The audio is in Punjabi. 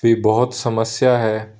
ਦੀ ਬਹੁਤ ਸਮੱਸਿਆ ਹੈ